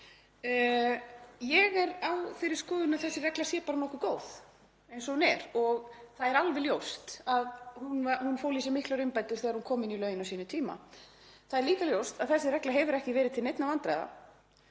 Ég er á þeirri skoðun að þessi regla sé bara nokkuð góð eins og hún er og það er alveg ljóst að hún fól í sér miklar umbætur þegar hún kom inn í lögin á sínum tíma. Það er líka ljóst að þessi regla hefur ekki verið til neinna vandræða